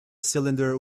cylinder